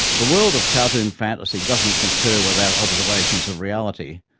the world of cartoon fantasy doesn't concur with our observations of reality,